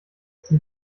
sie